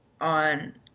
on